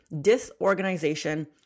disorganization